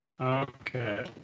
Okay